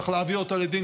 צריך להביא אותו לדין,